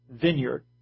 vineyard